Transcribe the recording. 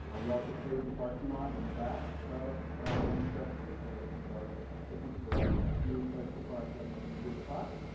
we also paved the parking lot in the back of thomas jefferson so if you are looking for ah a smooth place to park that might be a good spot.